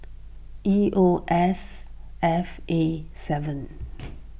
E O S F A seven